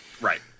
Right